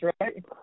right